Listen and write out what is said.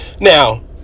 now